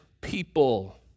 people